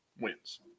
wins